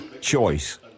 choice